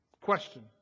Question